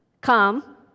come